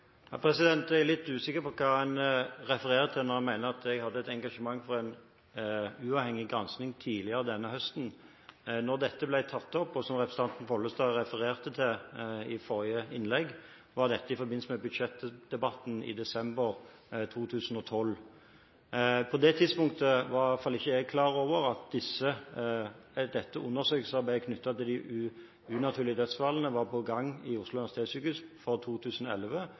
Jeg er litt usikker på hva en refererer til når en mener at jeg hadde et engasjement for en uavhengig gransking tidligere denne høsten. Da dette ble tatt opp – som representanten Bollestad refererte til i forrige innlegg – var det i forbindelse med budsjettdebatten i desember 2012. På det tidspunktet var iallfall ikke jeg klar over at dette undersøkelsesarbeidet knyttet til de unaturlige dødsfallene var i gang ved Oslo universitetssykehus for 2011